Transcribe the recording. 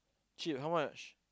cheap how much